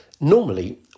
Normally